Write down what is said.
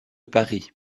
paris